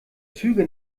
züge